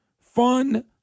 fun